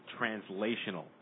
translational